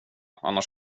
annars